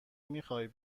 میخواهی